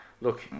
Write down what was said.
look